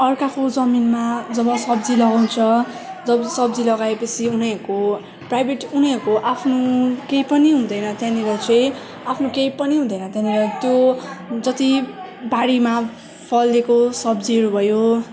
अर्काको जमीनमा जब सब्जी लगाउँछ जब सब्जी लगाएपछि उनीहरूको प्राइभेट उनीहरूको आफ्नो केही पनि हुँदैन त्यहाँनिर चाहिँ आफ्नो केही पनि हुँदैन त्यहाँनिर त्यो जति बारीमा फलेको सब्जीहरू भयो